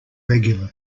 regular